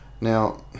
Now